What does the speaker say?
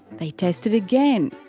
they tested again.